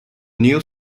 new